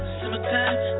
summertime